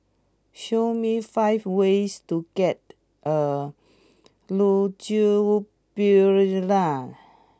show me five ways to get a Ljubljana